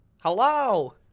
Hello